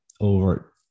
over